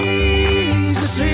Jesus